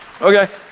Okay